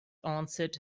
answered